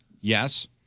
yes